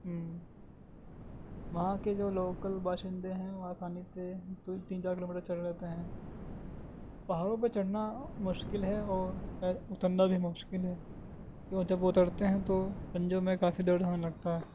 ہوں وہاں کے جو لوکل باشندے ہیں وہ آسانی سے تین چار کلو میٹر چڑھ لیتے ہیں پہاڑوں پہ چڑھنا مشکل ہے اور اترنا بھی مشکل ہے کیوں کہ جب اترتے ہیں تو پنجوں میں کافی درد ہونے لگتا ہے